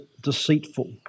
deceitful